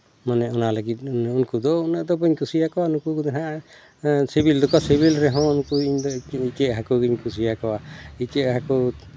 ᱢᱟᱱᱮ ᱚᱱᱟ ᱞᱟᱹᱜᱤᱫ ᱩᱱᱠᱩ ᱫᱚ ᱩᱱᱟᱹᱜ ᱫᱚ ᱵᱟᱹᱧ ᱠᱩᱥᱤᱭᱟᱠᱚᱣᱟ ᱱᱩᱠᱩ ᱠᱚᱫᱚ ᱦᱟᱸᱜ ᱥᱤᱵᱤᱞ ᱫᱚᱠᱚ ᱥᱤᱵᱤᱞ ᱨᱮᱦᱚᱸ ᱩᱱᱠᱩ ᱤᱧᱫᱚ ᱤᱧᱟᱹᱜ ᱦᱟᱹᱠᱩ ᱜᱤᱧ ᱠᱩᱥᱤᱭᱟᱠᱚᱣᱟ ᱤᱪᱟᱹᱜ ᱦᱟᱹᱠᱩ